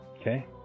Okay